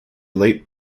late